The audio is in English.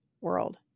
world